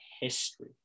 history